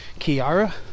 Kiara